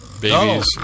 Babies